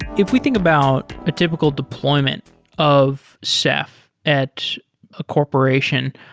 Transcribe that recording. if we think about a typical deployment of ceph at a corporation,